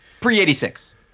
Pre-86